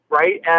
right